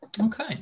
Okay